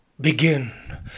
Begin